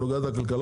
זה מנוגד לכלכלה?